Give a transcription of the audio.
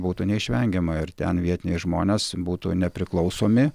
būtų neišvengiama ir ten vietiniai žmonės būtų nepriklausomi